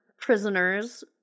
prisoners